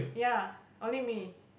ya only me